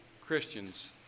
Christians